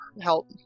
help